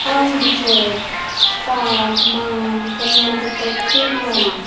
आंग दुखप फाट मान कमर दुखप खूब वाडलां